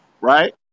right